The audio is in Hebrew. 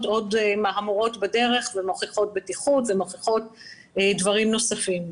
עוד מהמורות בדרך ומוכיחות בטיחות ומוכיחות דברים נוספים.